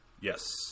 Yes